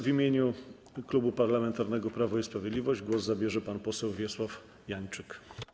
W imieniu Klubu Parlamentarnego Prawo i Sprawiedliwość głos zabierze pan poseł Wiesław Janczyk.